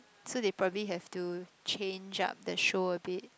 so they probably have to change up the show a bit